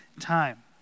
time